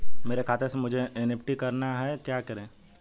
मेरे खाते से मुझे एन.ई.एफ.टी करना है क्या करें?